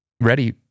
ready